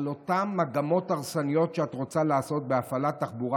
על אותן מגמות הרסניות שאת רוצה לעשות בהפעלת תחבורה